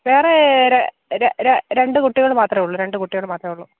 വേറെ രണ്ട് കുട്ടികൾ മാത്രമേ ഉള്ളൂ രണ്ട് കുട്ടികള് മാത്രമേ ഉള്ളൂ